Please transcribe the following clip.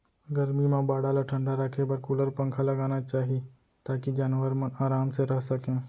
गरमी म बाड़ा ल ठंडा राखे बर कूलर, पंखा लगाना चाही ताकि जानवर मन आराम से रह सकें